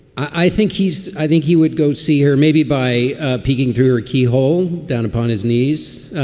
i think he's i think he would go see her maybe by picking through her keyhole down upon his knees